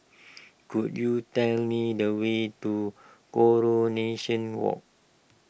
could you tell me the way to Coronation Walk